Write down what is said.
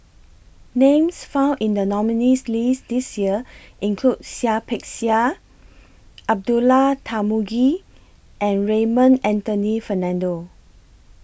Names found in The nominees' list This Year include Seah Peck Seah Abdullah Tarmugi and Raymond Anthony Fernando